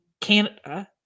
Canada